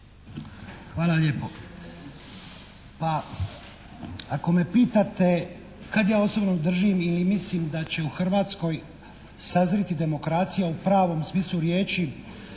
Hvala lijepo. Pa ako me pitate kad ja osobno držim i mislim da će u Hrvatskoj sazriti demokracija u pravom smislu riječi